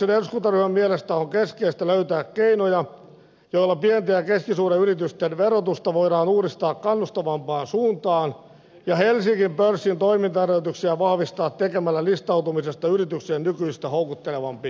kokoomuksen eduskuntaryhmän mielestä on keskeistä löytää keinoja joilla pienten ja keskisuurten yritysten verotusta voidaan uudistaa kannustavampaan suuntaan ja helsingin pörssin toimintaedellytyksiä vahvistaa tekemällä listautumisesta yrityksille nykyistä houkuttelevampi vaihtoehto